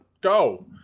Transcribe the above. go